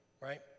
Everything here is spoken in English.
Right